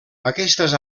aquestes